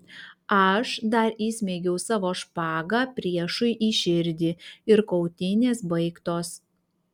aš dar įsmeigiau savo špagą priešui į širdį ir kautynės baigtos